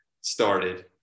started